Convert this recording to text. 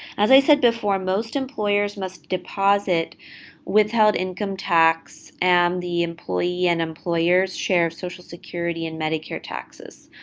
as i said before, most employers must deposit withheld income tax and the employee and employer's share of social security and medicare taxes.